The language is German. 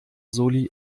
soli